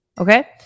Okay